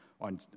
on